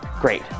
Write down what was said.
Great